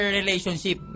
relationship